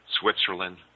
Switzerland